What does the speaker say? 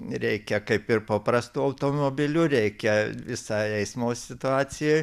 reikia kaip ir paprastu automobiliu reikia visai eismo situacijoj